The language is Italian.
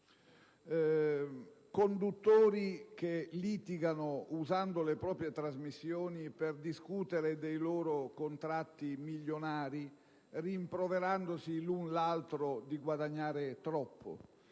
conduttori che litigano usando le proprie trasmissioni per discutere dei loro contratti milionari, rimproverandosi l'un l'altro di guadagnare troppo.